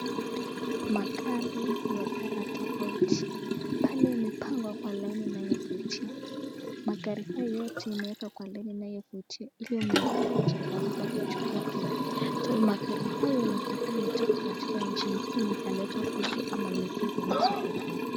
Magari ya colour tofauti. Pale imepangwa kwa laini inayovutia. Magari haya yote yamewekwa kwa laini inayovutia ili yule muuzaji aweze akachukua kile. So magari haya yanaweza kuwa imetoka katika nchi ingine ikaletwa huku ama imetengenezwa huku.